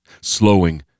slowing